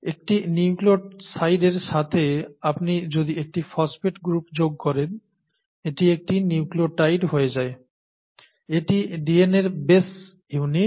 একটি নিউক্লিওসাইডের সাথে আপনি যদি একটি ফসফেট গ্রুপ যোগ করেন এটি একটি নিউক্লিওটাইড হয়ে যায় এটি DNAর বেশ ইউনিট